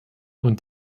und